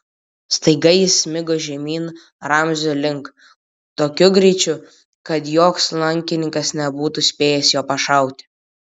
staiga jis smigo žemyn ramzio link tokiu greičiu kad joks lankininkas nebūtų spėjęs jo pašauti